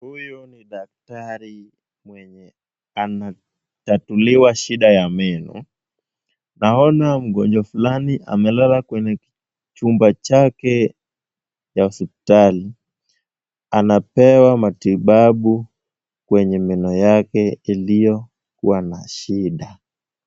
Huyu ni daktari mwenye anatatuwa shida ya meno, naona mgonjwa fulani amelala kwenye chumba chake ya hospitali, anapewa matibabu kwenye meno yake iliyokuwa na shida.